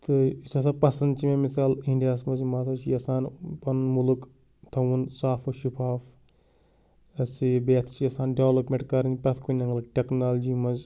تہٕ یُس ہَسا پَسَنٛد چھِ مےٚ مِثال اِنڈیا ہَس منٛز یِم ہَسا چھِ یَژھان پَنُن مُلک تھاوُن صاف و شِفاف یہِ ہسا یہِ بیٚیہِ ہَسا چھِ یَژھان ڈیٚولَپمیٚنٛٹ کَرٕنۍ پرٛیٚتھ کُنہِ ایٚنٛگلہٕ ٹیٚکنالجی منٛز